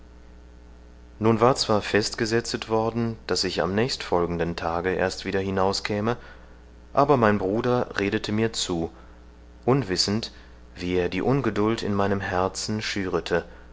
nun war zwar festgesetzet worden daß ich am nächstfolgenden tage erst wieder hinauskäme aber mein bruder redete mir zu unwissend wie er die ungeduld in meinem herzen schürete